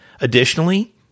Additionally